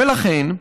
ולכן,